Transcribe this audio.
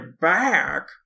Back